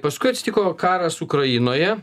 paskui atsitiko karas ukrainoje